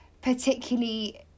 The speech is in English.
particularly